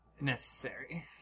necessary